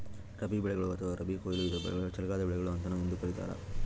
ರಬಿ ಬೆಳೆಗಳು ಅಥವಾ ರಬಿ ಕೊಯ್ಲು ಇದನ್ನು ಚಳಿಗಾಲದ ಬೆಳೆಗಳು ಅಂತಾನೂ ಎಂದೂ ಕರೀತಾರ